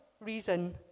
reason